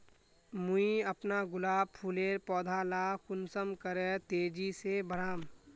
मुई अपना गुलाब फूलेर पौधा ला कुंसम करे तेजी से बढ़ाम?